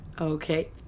okay